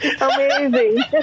amazing